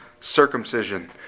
circumcision